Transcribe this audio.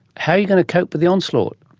how are you going to cope with the onslaught?